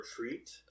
retreat